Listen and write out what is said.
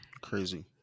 Crazy